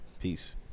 Peace